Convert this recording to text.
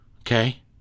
okay